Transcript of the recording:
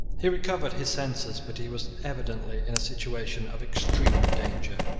he recovered his senses but he was evidently in a situation of extreme danger.